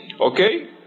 Okay